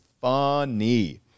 funny